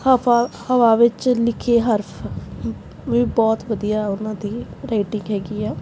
ਹਫ਼ਾ ਹਵਾ ਵਿੱਚ ਲਿਖੇ ਹਰਫ਼ ਵੀ ਬਹੁਤ ਵਧੀਆ ਉਨ੍ਹਾਂ ਦੀ ਰਾਈਟਿੰਗ ਹੈਗੀ ਆ